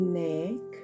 neck